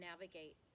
navigate